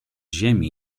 ziemi